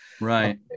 Right